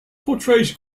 portrays